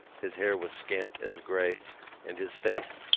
his hair was scant and grey and his face,